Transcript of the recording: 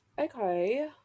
Okay